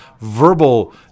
verbal